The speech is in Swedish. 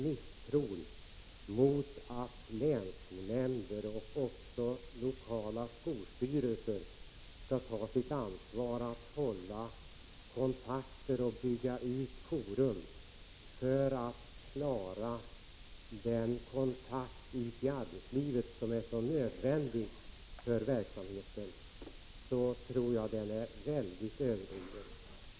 Misstron mot att länsskolnämnder och lokala skolstyrelser skall ta ansvar för att bygga ut ett forum för att upprätthålla den kontakt med arbetslivet som är så nödvändig för verksamheten tror jag är mycket överdriven.